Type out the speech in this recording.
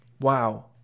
Wow